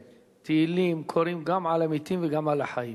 תהילים קוראים גם על המתים וגם על החיים.